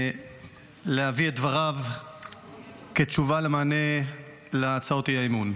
להביא את דבריו בתשובה למענה להצעות האי-אמון,